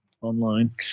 online